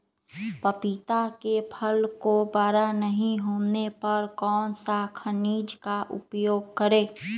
पपीता के फल को बड़ा नहीं होने पर कौन सा खनिज का उपयोग करें?